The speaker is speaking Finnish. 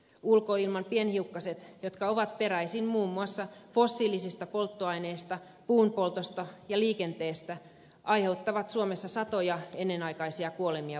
ulkoilman pienhiukkaset jotka ovat peräisin muun muassa fossiilisista polttoaineista puunpoltosta ja liikenteestä aiheuttavat suomessa satoja ennenaikaisia kuolemia vuosittain